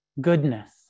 goodness